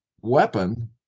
weapon